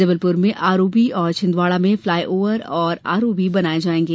जबलपुर में आरओबी और छिन्दवाड़ा में फ्लॉय ओवर और आरओबी बनाये जायेंगे